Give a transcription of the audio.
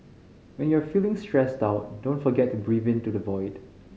when you are feeling stressed out don't forget to breathe into the void